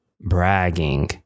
bragging